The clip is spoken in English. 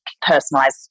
personalized